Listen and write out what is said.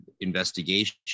investigation